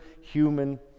human